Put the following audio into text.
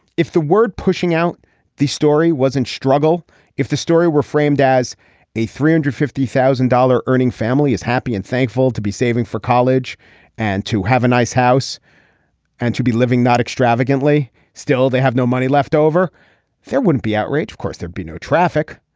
if the word pushing out the story wasn't struggle if the story were framed as a three hundred fifty thousand dollar earning family is happy and thankful to be saving for college and to have a nice house and to be living not extravagantly still they have no money left over there wouldn't be outrage of course there'd be no traffic.